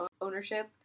ownership